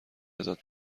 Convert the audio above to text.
ازت